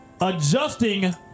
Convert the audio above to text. Adjusting